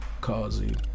causing